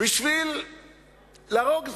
בשביל להרוג זבוב.